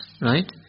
right